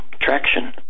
traction